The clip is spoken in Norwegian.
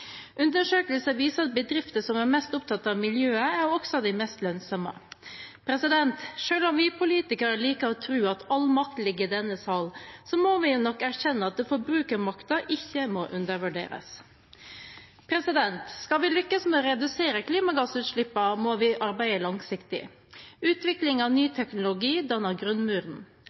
Undersøkelser viser at bedrifter som er mest opptatt av miljøet, er også de mest lønnsomme. Selv om vi politikere liker å tro at all makt ligger i denne sal, må vi nok erkjenne at forbrukermakten ikke må undervurderes. Skal vi lykkes med å redusere klimagassutslippene, må vi arbeide langsiktig. Utvikling av ny teknologi danner grunnmuren,